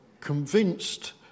convinced